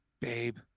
babe